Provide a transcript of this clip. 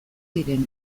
diren